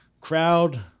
Crowd